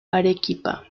arequipa